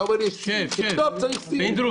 אתה אומר שצריך לכתוב שיש סימון של